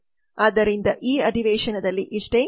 ಆದ್ದರಿಂದ ಈ ಅಧಿವೇಶನದಲ್ಲಿ ಇಷ್ಟೆ